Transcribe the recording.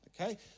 okay